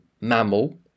mammal